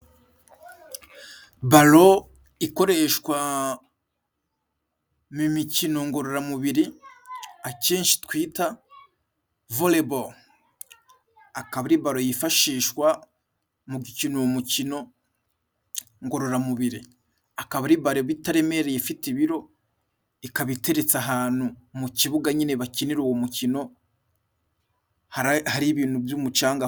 Baro ikoreshwa mu mikino ngororamubiri, akenshi twita voreboro. Akaba ari baro yifashishwa mu gukina umukino ngororamubiri. Akaba ari baro iba itaremereye, ifite ibiro, ikaba iteretse ahantu mu kibuga nyine bakinira uwo mukino, hari ibintu by'umucanga mo.